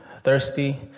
thirsty